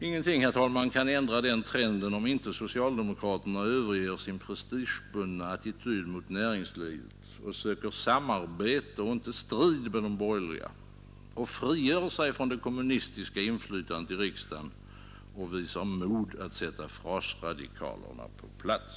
Ingenting, herr talman, kan ändra den trenden, om inte socialdemokraterna överger sin prestigebundna attityd mot näringslivet och söker samarbete och inte strid med de borgerliga och frigör sig från det kommunistiska inflytandet i riksdagen och visar mod att sätta frasradikalerna på plats.